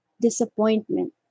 disappointment